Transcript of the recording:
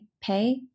pay